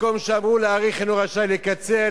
מקום שאמרו להאריך אינו רשאי לקצר,